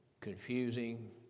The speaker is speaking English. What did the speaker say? confusing